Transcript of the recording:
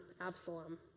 Absalom